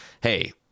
hey